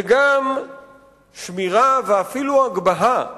וגם לשמירה, ואפילו הגבהה